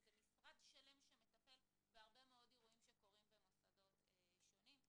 וזה משרד שלם שמטפל בהרבה מאוד אירועים שקורים במוסדות שונים.